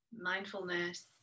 mindfulness